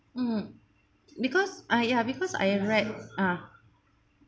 mm because I ya because I read uh